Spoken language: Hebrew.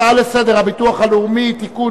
הצעה לסדר-היום בנושא: הביטוח הלאומי (תיקון,